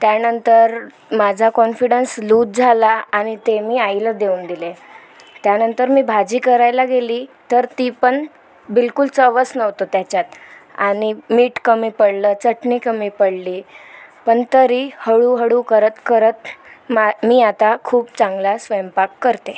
त्यानंतर माझा confidence lose झाला आणि ते मी आईला देऊन दिले त्यानंतर मी भाजी करायला गेली तर ती पण बिलकुल चवच नव्हतं त्याच्यात आणि मीठ कमी पडलं चटणी कमी पडली पण तरी हळूहळू करत करत मा मी आता खूप चांगला स्वयंपाक करते